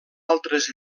altres